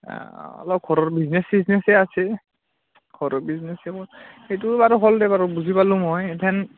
অলপ ঘৰৰ বিজনেছ চিজনেছেই আছে ঘৰৰ বিজনেছেই মোৰ সেইটো বাৰু হ'ল দে বাৰু বুজি পালোঁ মই এইখান